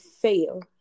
fail